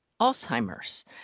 Alzheimer's